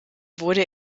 wurde